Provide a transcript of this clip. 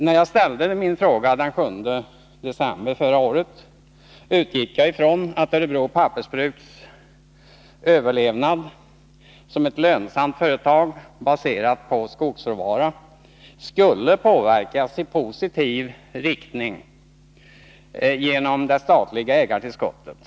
När jag framställde min fråga den 7 december förra året utgick jag från att Örebro Pappersbruks överlevnad, såsom ett lönsamt företag baserat på skogsråvara, skulle påverkas i positiv riktning genom det statliga ägartillskottet.